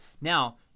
Now